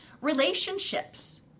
Relationships